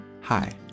Hi